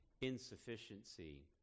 insufficiency